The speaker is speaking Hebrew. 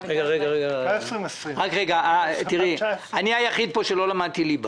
--- אני היחיד פה שלא למד ליבה.